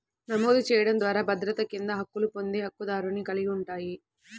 నమోదు చేయడం ద్వారా భద్రత కింద హక్కులు పొందే హక్కుదారుని కలిగి ఉంటాయి,